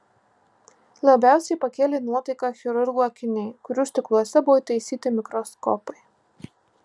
labiausiai pakėlė nuotaiką chirurgų akiniai kurių stikluose buvo įtaisyti mikroskopai